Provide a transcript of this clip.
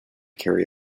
carry